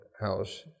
House